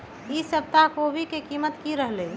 ई सप्ताह कोवी के कीमत की रहलै?